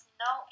no